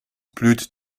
blüht